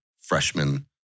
freshman